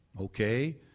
Okay